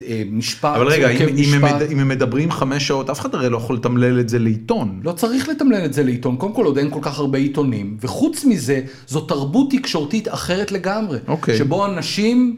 אם הם מדברים חמש שעות אף אחד הרי לא יכול לתמלל את זה לעיתון לא צריך לתמלל את זה לעיתון קודם כל עוד אין כל כך הרבה עיתונים וחוץ מזה זאת תרבות תקשורתית אחרת לגמרי שבו אנשים.